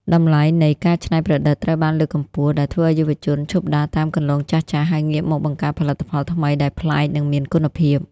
តម្លៃនៃ "ការច្នៃប្រឌិត"ត្រូវបានលើកកម្ពស់ ដែលធ្វើឱ្យយុវជនឈប់ដើរតាមគន្លងចាស់ៗ ហើយងាកមកបង្កើតផលិតផលថ្មីដែលប្លែក និងមានគុណភាព។